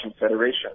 Federation